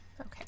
Okay